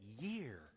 year